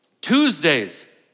Tuesdays